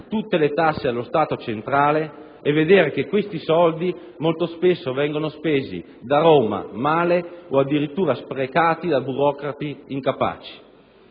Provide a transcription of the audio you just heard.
tutte le tasse allo Stato centrale e a vedere che questi soldi molto spesso vengono spesi da Roma male o addirittura sprecati da burocrati incapaci.